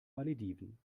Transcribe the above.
malediven